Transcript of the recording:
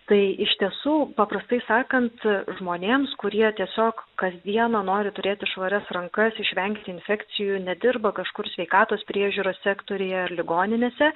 tai iš tiesų paprastai sakant žmonėms kurie tiesiog kasdieną nori turėti švarias rankas išvengti infekcijų nedirba kažkur sveikatos priežiūros sektoriuje ligoninėse